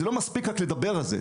זה לא מספיק רק לדבר על זה.